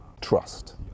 trust